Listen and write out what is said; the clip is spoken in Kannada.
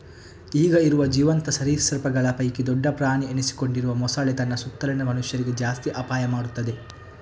ಈಗ ಇರುವ ಜೀವಂತ ಸರೀಸೃಪಗಳ ಪೈಕಿ ದೊಡ್ಡ ಪ್ರಾಣಿ ಎನಿಸಿಕೊಂಡಿರುವ ಮೊಸಳೆ ತನ್ನ ಸುತ್ತಲಿನ ಮನುಷ್ಯರಿಗೆ ಜಾಸ್ತಿ ಅಪಾಯ ಮಾಡ್ತದೆ